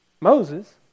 Moses